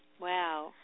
Wow